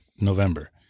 November